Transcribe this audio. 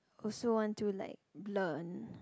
also want to like learn